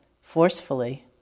forcefully